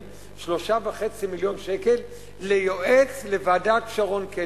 3.5 מיליון שקל ליועץ לוועדת שרון-קדמי.